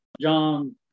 John